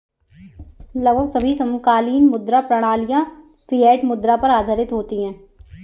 लगभग सभी समकालीन मुद्रा प्रणालियाँ फ़िएट मुद्रा पर आधारित होती हैं